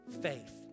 faith